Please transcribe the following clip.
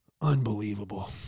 Unbelievable